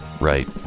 Right